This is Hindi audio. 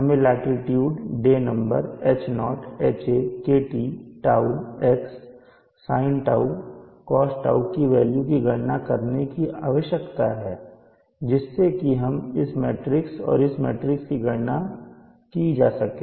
हमें latitude day number H0 Ha KT τ x sinτ cosτ की वेल्यू की गणना करने की आवश्यकता है जिससे कि इस मैट्रिक्स और इस मैट्रिक्स की गणना की जा सके